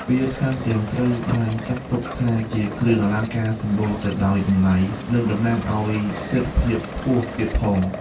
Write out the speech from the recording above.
វាថែមទាំងត្រូវបានចាត់ទុកថាជាគ្រឿងអលង្ការសម្បូរទៅដោយតម្លៃ និងតំណាងឲ្យសេដ្ឋភាពខ្ពស់ទៀតផង។